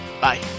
Bye